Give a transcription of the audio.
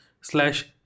slash